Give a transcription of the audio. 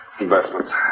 Investments